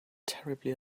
terribly